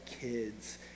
kids